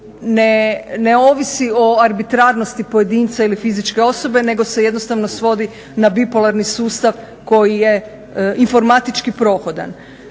ne ovisi o arbitraranosti pojedinca ili fizičke osobe nego se jednostavno svodi na bipolarni sustav koji je informatički prohodan.